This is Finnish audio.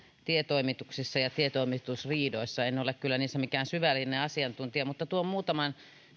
tietoimituksissa ja tietoimitusriidoissa en ole kyllä niissä mikään syvällinen asiantuntija mutta tuon muutaman